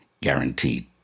guaranteed